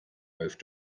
both